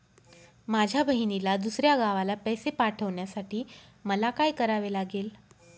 माझ्या बहिणीला दुसऱ्या गावाला पैसे पाठवण्यासाठी मला काय करावे लागेल?